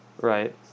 Right